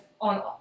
on